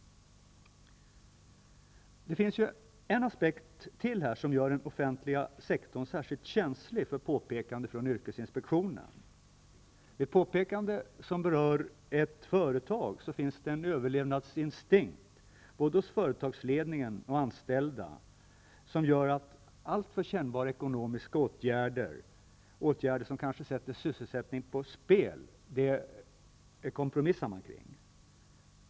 Det finns en aspekt till som gör den offentliga sektorn särskilt känslig för påpekanden från yrkesinspektionen. Vid ett påpekande som berör ett företag finns det nämligen en överlevnadsinstinkt, både hos företagsledning och hos anställda, som gör att man kompromissar när det handlar om alltför kännbara ekonomiska åtgärder -- åtgärder som kanske innebär att sysselsättningen sätts på spel.